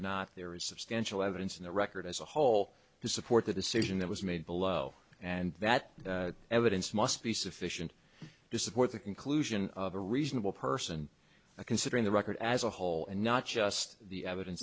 not there is substantial evidence in the record as a whole to support the decision that was made below and that evidence must be sufficient to support the conclusion of a reasonable person considering the record as a whole and not just the evidence